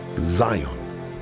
Zion